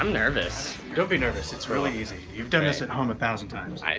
um nervous. don't be nervous, it's really easy. you've done this at home a thousand times.